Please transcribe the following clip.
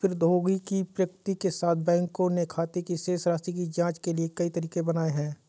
प्रौद्योगिकी की प्रगति के साथ, बैंकों ने खाते की शेष राशि की जांच के लिए कई तरीके बनाए है